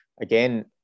again